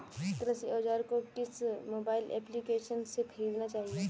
कृषि औज़ार को किस मोबाइल एप्पलीकेशन से ख़रीदना चाहिए?